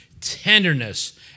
tenderness